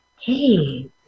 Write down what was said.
hey